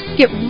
Get